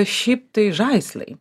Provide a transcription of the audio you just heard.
šiaip tai žaislai